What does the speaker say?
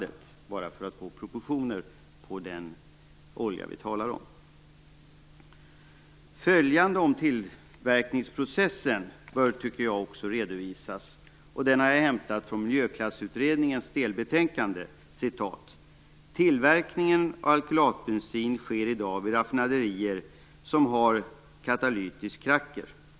Detta sagt bara för att få proportioner på den olja vi talar om. Följande tycker jag också bör redovisas om tillverkningsprocessen, och det har jag hämtat från Miljöklassutredningens delbetänkande: "Tillverkning av alkylatbensin sker i dag vid raffinaderier som har katalytisk kracker.